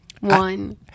one